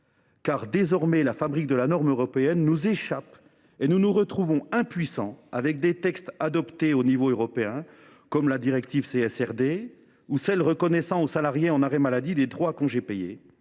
désormais, la fabrique de la norme européenne nous échappe et nous nous retrouvons, impuissants, avec des textes adoptés à l’échelon européen, comme la directive CSRD ou celle qui reconnaît aux salariés en arrêt maladie des droits à congés payés